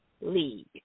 league